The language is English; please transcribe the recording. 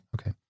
Okay